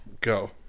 Go